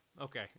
Okay